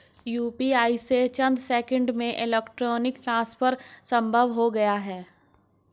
UPI से चंद seconds में इलेक्ट्रॉनिक ट्रांसफर संभव हो गया है